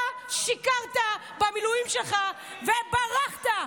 אתה שיקרת במילואים שלך וברחת.